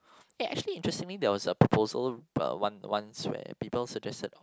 eh actually interestingly there was a proposal one once where people suggested